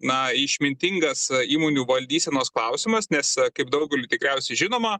na išmintingas įmonių valdysenos klausimas nes kaip daugeliui tikriausiai žinoma